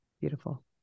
Beautiful